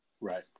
right